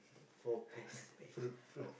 four pest fruit fruit